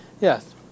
Yes